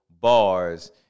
bars